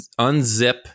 unzip